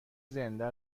زنده